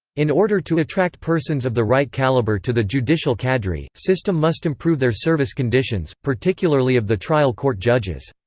in order to attract persons of the right caliber to the judicial cadre, system must improve their service conditions, particularly of the trial court judges.